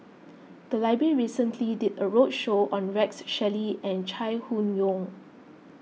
the library recently did a roadshow on Rex Shelley and Chai Hon Yoong